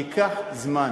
אי-שם, ייקח זמן.